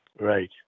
Right